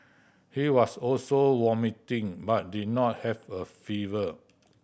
he was also vomiting but did not have a fever